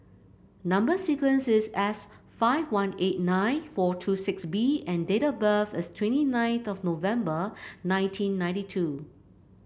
number sequence is S five one eight nine four two six B and date of birth is twenty ninth of November nineteen ninety two